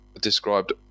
described